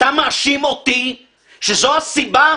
אתה מאשים אותי שזו סיבה?